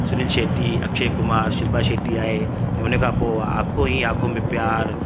सुनिल शेट्टी अक्षय कुमार शिल्पा शेट्टी आहे ऐं हुन खां पोइ आहे आंखो ई आंखो में प्यारु